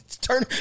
Turn